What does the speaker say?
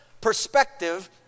Perspective